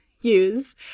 use